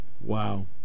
Wow